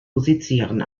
musizieren